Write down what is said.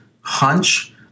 hunch